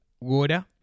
Water